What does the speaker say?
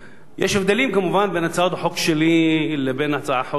מובן שיש הבדלים בין הצעת החוק שלי לבין הצעת החוק של ליברמן.